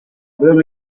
will